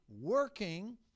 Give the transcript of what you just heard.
working